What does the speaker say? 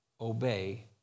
Obey